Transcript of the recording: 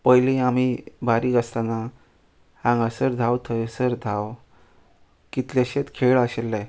पयलीं आमी बारीक आसताना हांगासर धांव थंयसर धांव कितलेशेत खेळ आशिल्ले